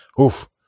oof